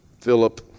Philip